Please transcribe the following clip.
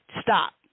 Stop